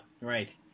Right